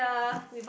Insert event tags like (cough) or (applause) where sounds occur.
(breath)